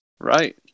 Right